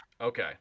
Okay